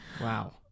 Wow